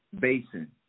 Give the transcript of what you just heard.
basin